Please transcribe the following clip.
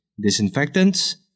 disinfectants